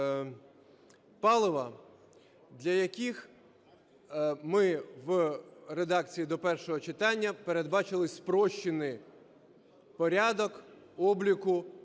палива, для яких ми в редакції до першого читання передбачили спрощений порядок обліку